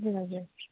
हजुर हजुर